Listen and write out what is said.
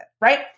right